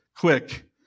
Quick